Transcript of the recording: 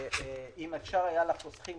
אם אפשר היה לתת לחוסכים,